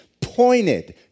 pointed